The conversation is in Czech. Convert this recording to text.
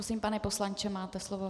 Prosím, pane poslanče, máte slovo.